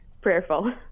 prayerful